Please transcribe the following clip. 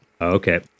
Okay